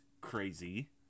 crazy